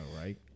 right